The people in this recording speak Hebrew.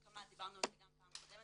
דיברנו על זה גם בפעם הקודמת,